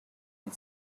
and